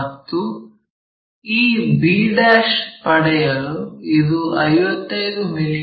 ಮತ್ತು ಈ b' ಪಡೆಯಲು ಇದು 55 ಮಿ